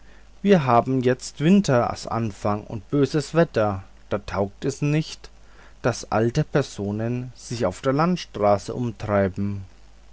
wir haben jetzt winters anfang und böses wetter da taugt es nicht daß alte personen sich auf der landstraße umtreiben